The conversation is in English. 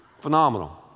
Phenomenal